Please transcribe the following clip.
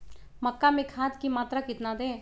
मक्का में खाद की मात्रा कितना दे?